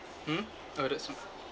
hmm oh that's one